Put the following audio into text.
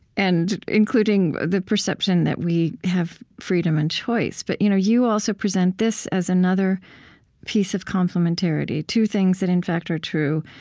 and including the perception that we have freedom and choice. but you know you also present this as another piece of complementarity two things that, in fact, are true,